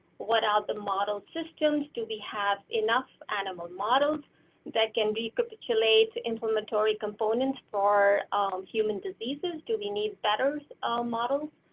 what are the model systems, do we have enough animal models that can be recapitulate inflammatory component for human diseases. do we need betters models?